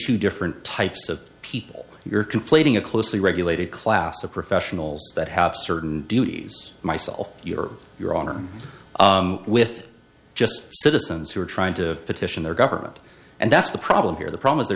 two different types of people you're conflating a closely regulated class of professionals that have certain duties myself or you're on or with just citizens who are trying to petition their government and that's the problem here the problem is they're